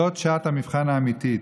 זאת שעת המבחן האמיתית: